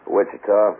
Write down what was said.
Wichita